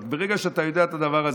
אבל ברגע שאתה יודע את הדבר הזה,